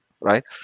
right